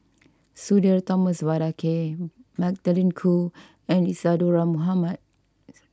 Sudhir Thomas Vadaketh Magdalene Khoo and Isadhora Mohamed